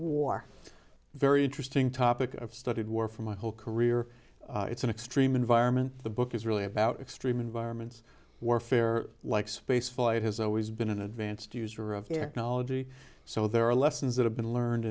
war very interesting topic i've studied war for my whole career it's an extreme environment the book is really about extreme environments warfare like space flight has always been an advanced user of their knowledge so there are lessons that have been learned